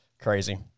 crazy